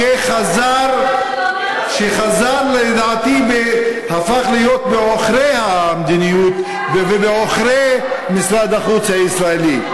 שחזר לדעתי והפך להיות בעוכרי המדיניות ובעוכרי משרד החוץ הישראלי.